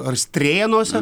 ar strėnose